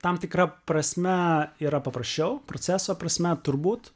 tam tikra prasme yra paprasčiau proceso prasme turbūt